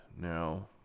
now